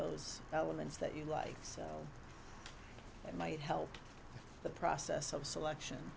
those elements that you like sell it might help the process of selection